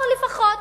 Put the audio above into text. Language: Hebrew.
או לפחות,